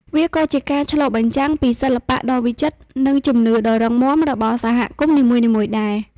វាក៏ជាការឆ្លុះបញ្ចាំងពីសិល្បៈដ៏វិចិត្រ និងជំនឿដ៏រឹងមាំរបស់សហគមន៍នីមួយៗដែរ។